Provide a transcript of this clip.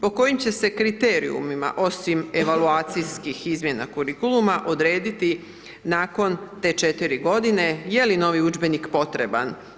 Po kojim će se kriterijumima osim evaluacijskih izmjena kurikuluma odrediti nakon te 4 godine, je li novi udžbenik potreban.